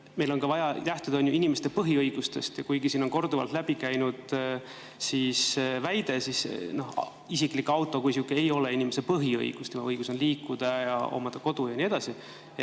meil on vaja lähtuda ka inimeste põhiõigustest. Kuigi siin on korduvalt läbi käinud väide, et isiklik auto kui selline ei ole inimese põhiõigus – tema õigus on liikuda, omada kodu ja nii edasi